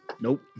Nope